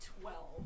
Twelve